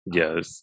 yes